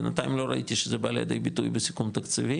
בינתיים לא ראיתי שזה בא לידי ביטוי בסיכום תקציבי